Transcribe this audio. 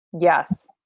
Yes